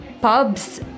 pubs